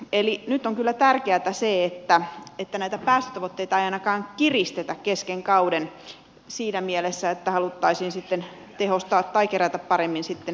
eli nyt on kyllä tärkeätä se että näitä päästötavoitteita ei ainakaan kiristetä kesken kauden siinä mielessä että haluttaisiin sitten tehostaa tai kerätä paremmin näitä tuloja